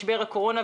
משבר הקורונה,